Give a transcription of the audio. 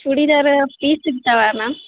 churidar piece ಸಿಗ್ತಾವಾ ma'am